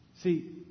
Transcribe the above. See